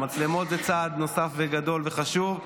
המצלמות זה צעד נוסף וגדול וחשוב,